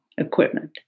equipment